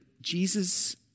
Jesus